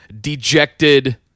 dejected